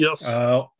Yes